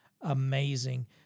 amazing